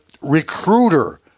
recruiter